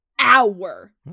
Hour